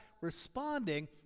responding